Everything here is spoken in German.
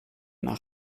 nach